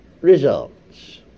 results